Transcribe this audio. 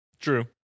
True